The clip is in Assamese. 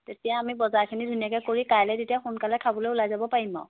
তেতিয়া আমি বজাৰখিনি ধুনীয়াকৈ কৰি কাইলৈ তেতিয়া সোনকালে খাবলৈ ওলাই যাব পাৰিম আৰু